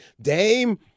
Dame